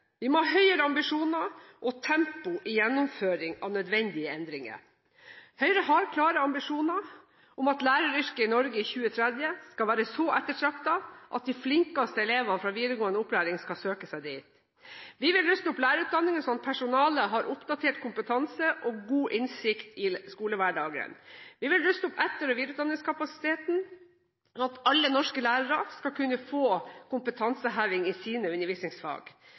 Vi må ha høyere ambisjoner og tempo i gjennomføringen av nødvendige endringer. Høyre har klare ambisjoner om at læreryrket i Norge i 2030 skal være så ettertraktet at de flinkeste elevene fra videregående opplæring skal søke seg dit. Vi vil ruste opp lærerutdanningen, sånn at personalet har oppdatert kompetanse og god innsikt i skolehverdagen. Vi vil ruste opp etter- og videreutdanningskapasiteten, sånn at alle norske lærere skal kunne få kompetanseheving i sine undervisningsfag.